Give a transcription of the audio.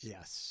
Yes